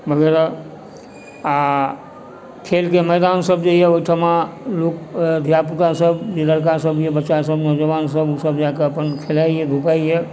वगैरह आओर खेलके मैदान सभ जे यऽ ओहिठाम लोक धियापुता सभ लड़कासभ बच्चासभ नौजवानसभ जे ई सभ जाकऽ अपन खेलैए धुपैए